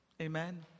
Amen